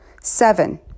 Seven